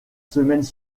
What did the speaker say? semaines